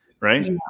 right